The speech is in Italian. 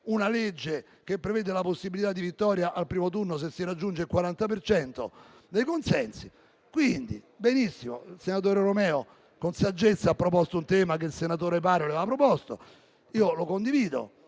una legge che prevede la possibilità di vittoria al primo turno se si raggiunge il 40 per cento dei consensi. Quindi, benissimo. Il senatore Romeo, con saggezza, ha proposto un tema che il senatore Paroli aveva proposto. Io lo condivido,